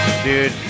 Dude